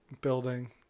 building